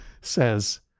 says